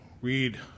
read